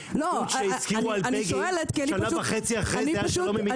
דוצ'ה הזכירו על בגין ושנה וחצי אחרי כן היה שלום עם מצרים.